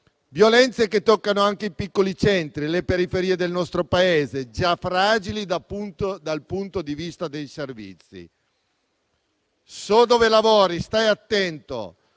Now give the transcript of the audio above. violenze toccano anche i piccoli centri e le periferie del nostro Paese, già fragili dal punto dal punto di vista dei servizi. «So dove lavori, stai attento»: